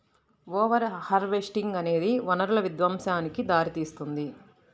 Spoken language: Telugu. ఓవర్ హార్వెస్టింగ్ అనేది వనరుల విధ్వంసానికి దారితీస్తుంది